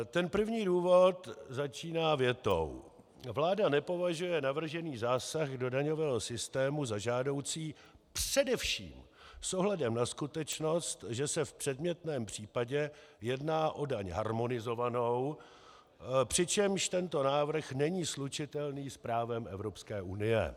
Ten první důvod začíná větou: Vláda nepovažuje navržený zásah do daňového systému za žádoucí především s ohledem na skutečnost, že se v předmětném případě jedná o daň harmonizovanou, přičemž tento návrh není slučitelný s právem Evropské unie.